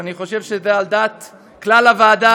ואני חושב שזה על דעת כלל הוועדה.